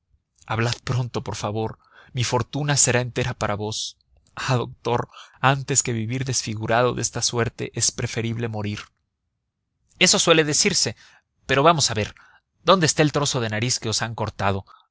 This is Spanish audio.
hablad pronto por favor mi fortuna será entera para vos ah doctor antes que vivir desfigurado de esta suerte es preferible morir eso suele decirse pero vamos a ver dónde está el trozo de nariz que os han cortado